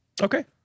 Okay